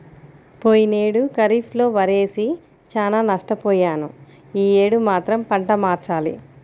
పోయినేడు ఖరీఫ్ లో వరేసి చానా నష్టపొయ్యాను యీ యేడు మాత్రం పంట మార్చాలి